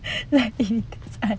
lucky sesat